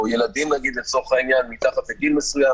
או ילדים לצורך העניין מתחת לגיל מסוים